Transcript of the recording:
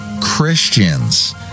Christians